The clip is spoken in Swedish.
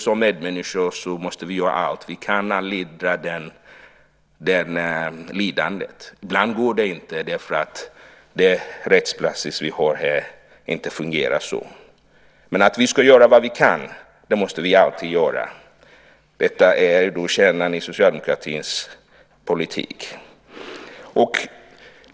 Som medmänniskor måste vi göra allt vad vi kan för att minska lidandet. Ibland går det inte därför att den rättspraxis som vi har inte fungerar så, men göra vad vi kan måste vi alltid. Detta är kärnan i socialdemokratins politik.